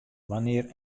wannear